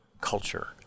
culture